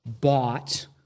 bought